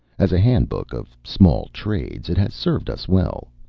as a handbook of small trades it has served us well.